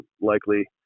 likely